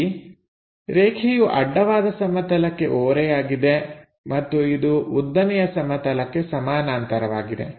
ಇಲ್ಲಿ ರೇಖೆಯು ಅಡ್ಡವಾದ ಸಮತಲಕ್ಕೆ ಓರೆಯಾಗಿದೆ ಮತ್ತು ಇದು ಉದ್ದನೆಯ ಸಮತಲಕ್ಕೆ ಸಮಾನಾಂತರವಾಗಿದೆ